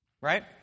Right